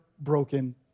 broken